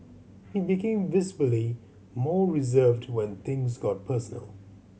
he became visibly more reserved when things got personal